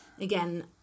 again